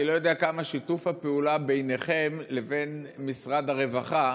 אני לא יודע כמה שיתוף הפעולה ביניכם לבין משרד הרווחה